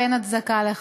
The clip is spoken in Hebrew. ואין הצדקה לכך.